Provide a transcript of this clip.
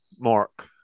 mark